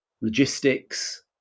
logistics